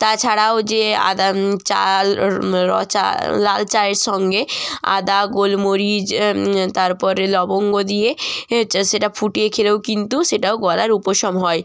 তাছাড়াও যে আদা চাল র চা লাল চায়ের সঙ্গে আদা গোলমরিচ তারপরে লবঙ্গ দিয়ে এ যে সেটা ফুটিয়ে খেলেও কিন্তু সেটাও গলার উপশম হয়